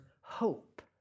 hope